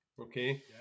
Okay